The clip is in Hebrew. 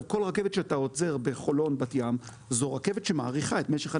כל רכבת שבה אתה עוצר בחולון ובת ים היא רכבת שמאריכה את משך הנסיעה.